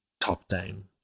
top-down